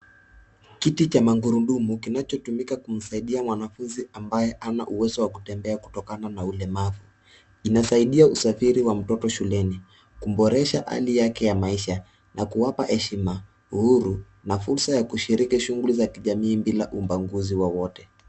Kiti cha magurudumu kinachotumika kumsaidia mwanafunzi ambaye hana uwezo wa kutembea kutokana na ulemavu inasaidia usafiri wa mtoto shuleni kuboresha hali yake ya maisha na kuwapa heshima uhuru na fursa ya kushiriki shughuli ya kijamii bila ubaguzi wowote.